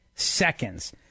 seconds